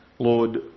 Lord